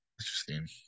Interesting